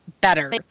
better